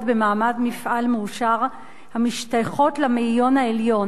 במעמד מפעל מאושר המשתייכות למאיון העליון,